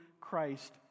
Christ